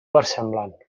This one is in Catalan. versemblant